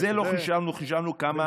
את זה לא חישבנו, חישבנו כמה